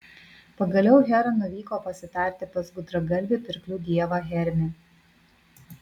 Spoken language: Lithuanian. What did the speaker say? pagaliau hera nuvyko pasitarti pas gudragalvį pirklių dievą hermį